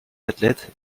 athlètes